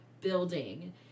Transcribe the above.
building